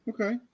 Okay